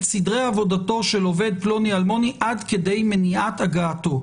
סדרי עבודתו של עובד פלוני אלמוני עד כדי מניעת הגעתו.